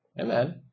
Amen